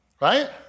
Right